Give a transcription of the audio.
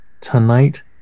tonight